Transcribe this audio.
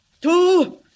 two